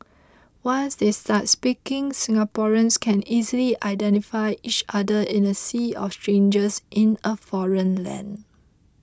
once they start speaking Singaporeans can easily identify each other in a sea of strangers in a foreign land